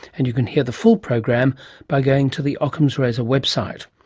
and you can hear the full program by going to the ockham's razor website.